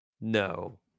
No